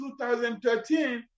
2013